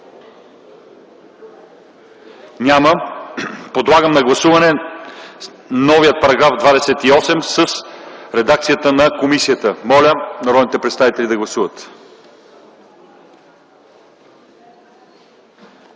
Няма. Подлагам на гласуване § 13 в редакция на комисията. Моля народните представители да гласуват.